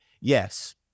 yes